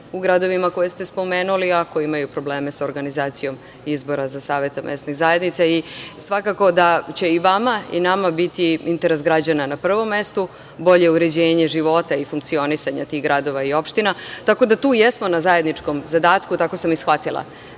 u gradovima koje ste spomenuli a koji imaju probleme sa organizacijom izbora za savete mesnih zajednica i svakako da će i vama i nama biti interes građana na prvom mestu, bolje uređenje života i funkcionisanje tih gradova i opština, tako da tu jesmo na zajedničkom zadatku. Tako sam i shvatila